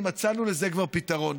מצאנו לזה כבר פתרון: